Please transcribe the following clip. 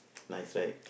nice right